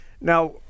Now